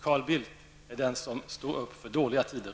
Carl Bildt är den som står upp för dåliga tider.